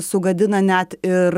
sugadina net ir